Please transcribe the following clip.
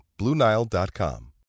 BlueNile.com